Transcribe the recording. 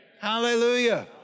Hallelujah